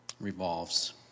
revolves